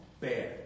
Bad